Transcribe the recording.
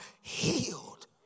healed